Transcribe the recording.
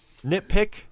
Nitpick